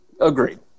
Agreed